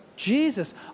Jesus